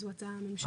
זו הצעה ממשלתית.